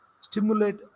stimulate